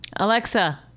Alexa